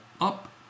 up